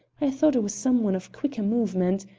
i thought it was some one of quicker movement.